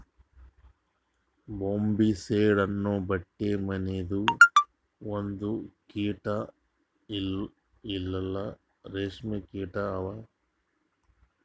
Bombycidae ಅನೊ ಚಿಟ್ಟೆ ಮನಿದು ಒಂದು ಕೀಟ ಇಲ್ಲಾ ರೇಷ್ಮೆ ಕೀಟ ಅವಾ